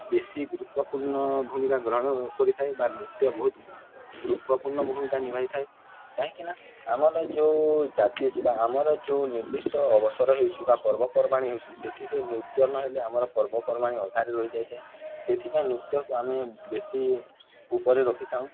ବେଶୀ ଗୁରୁତ୍ୱପୂର୍ଣ୍ଣ ଭୂମିକା ଗ୍ରହଣ କରିଥାଏ ବା ନୃତ୍ୟ ବହୁତ ଗୁରୁତ୍ୱପୂର୍ଣ୍ଣ ଭୂମିକା ନିଭାଇଥାଏ କାହିଁକି ନା ଆମର ଯେଉଁ ଜାତି ଅଛି ବା ଆମର ଯେଉଁ ନିର୍ଦ୍ଧିଷ୍ଟ ଅବସର ହେଉଛିି ବା ପର୍ବପର୍ବାଣି ହେଉଛିି ସେଠିରେ ନୃତ୍ୟ ନହେଲେ ଆମର ପର୍ବପର୍ବାଣି ଅଧାରେ ରହିଯାଇଥାଏ ସେଥିପାଇଁ ନୃତ୍ୟକୁ ଆମେ ବେଶୀ ଉପରେ ରଖିଥାଉଁ